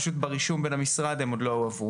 פשוט ברישום בין המשרד הם עוד לא הועברו.